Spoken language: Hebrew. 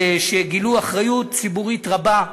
שגילו אחריות ציבורית רבה.